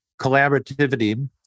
collaborativity